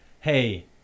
hey